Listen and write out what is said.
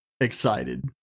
excited